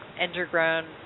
underground